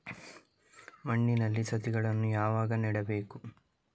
ಮಣ್ಣಿನಲ್ಲಿ ಸಸಿಗಳನ್ನು ಯಾವಾಗ ನೆಡಬೇಕು?